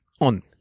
on